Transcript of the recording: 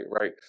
right